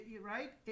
right